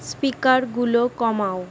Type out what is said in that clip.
স্পিকারগুলো কমাও